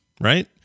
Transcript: right